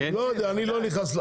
לא יודע, אני לא נכנס.